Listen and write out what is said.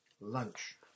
lunch